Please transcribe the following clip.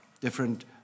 different